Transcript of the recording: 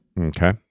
Okay